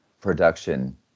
production